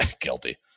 guilty